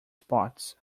spots